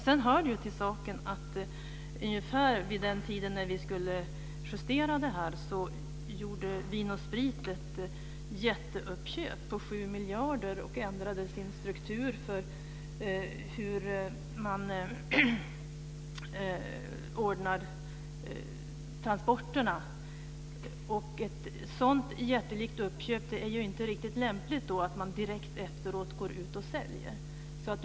Sedan hör det till saken att ungefär vid den tiden när vi skulle justera det här gjorde Vin & Sprit ett jätteuppköp på 7 miljarder och ändrade sin struktur för hur man ordnar transporterna. Det är ju inte riktigt lämpligt att man går ut direkt efter ett sådant jättelikt uppköp och säljer.